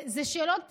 אלו שאלות בסיסיות.